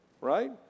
right